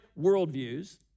worldviews